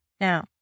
now